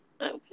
Okay